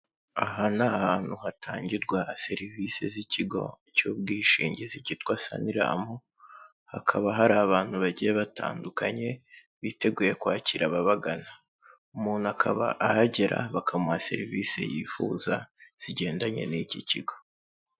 Aha ni ahantu hatangirwa serivise z'ikigo cy'ubwishingizi cyitwa Saniramu, hakaba hari abantu bagiye batandukanye biteguye kwakira ababagana, umuntu akaba ahagera bakamuha serivise yifuza zigendanye n'iki kigo.